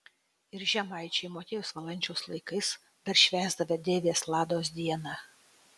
ir žemaičiai motiejaus valančiaus laikais dar švęsdavę deivės lados dieną